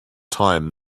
time